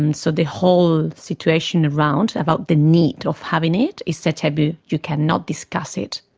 and so the whole situation around about the need of having it, is a taboo, you cannot discuss it,